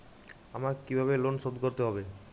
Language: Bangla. আমাকে কিভাবে লোন শোধ করতে হবে?